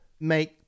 make